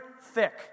thick